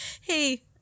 hey